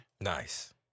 Nice